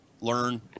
learn